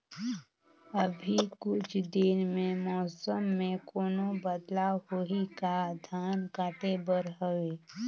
अभी कुछ दिन मे मौसम मे कोनो बदलाव होही का? धान काटे बर हवय?